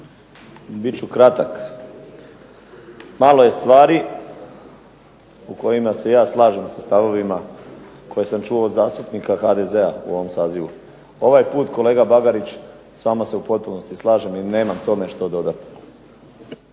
Bit ću kratak. Malo je stvari u kojima se ja slažem sa stavovima koje sam čuo od zastupnika HDZ-a u ovom sazivu. Ovaj put kolega Bagarić s vama se u potpunosti slažem i nema tome što dodati.